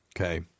Okay